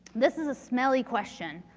this is a smelly question.